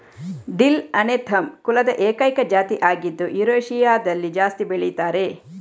dill Anethum ಕುಲದ ಏಕೈಕ ಜಾತಿ ಆಗಿದ್ದು ಯುರೇಷಿಯಾದಲ್ಲಿ ಜಾಸ್ತಿ ಬೆಳೀತಾರೆ